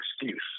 excuse